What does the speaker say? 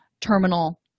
terminal